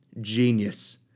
Genius